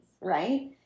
Right